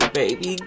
baby